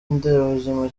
nderabuzima